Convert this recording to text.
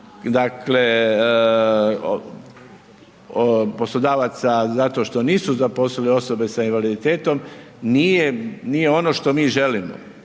plaćanje poslodavaca zato što nisu zaposlili osobe s invaliditetom nije ono što mi želimo.